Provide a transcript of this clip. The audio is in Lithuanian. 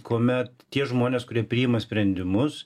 kuomet tie žmonės kurie priima sprendimus